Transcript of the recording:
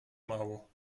mało